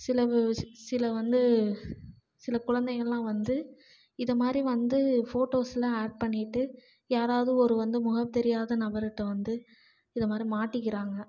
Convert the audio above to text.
சில சில வந்து சில குழந்தைங்கள்லாம் வந்து இதைமாரி வந்து ஃபோட்டோஸ்லாம் ஆட் பண்ணிட்டு யாராவது ஒரு வந்து முகம் தெரியாத நபர்கிட்ட வந்து இதைமாரி மாட்டிக்கிறாங்கள்